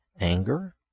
anger